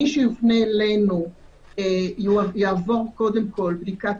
מי שיופנה אלינו יעבור קודם כול בדיקת